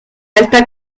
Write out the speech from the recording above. alta